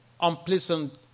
unpleasant